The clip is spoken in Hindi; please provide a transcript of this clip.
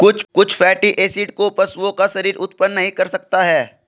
कुछ फैटी एसिड को पशुओं का शरीर उत्पन्न नहीं कर सकता है